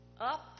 up